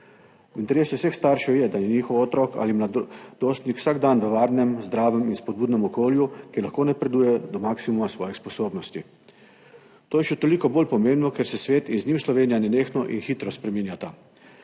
interesu vseh staršev je, da je njihov otrok ali mladostnik vsak dan v varnem, zdravem in spodbudnem okolju, ki lahko napreduje do maksimuma svojih sposobnosti. To je še toliko bolj pomembno, ker se svet in z njim Slovenija nenehno in hitro spreminjata,